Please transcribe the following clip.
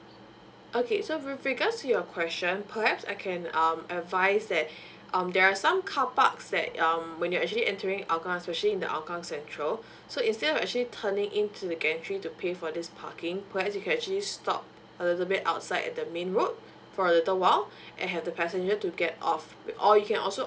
okay so with regards to your question perhaps I can um advise that um there are some carparks that um when you're actually entering hougang especially in the hougang central so instead of actually turning in to the gantry to pay for this parking perhaps you can actually stop a little bit outside at the main road for a little while and have the passenger to get off or you can also